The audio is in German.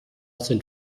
sind